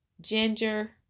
ginger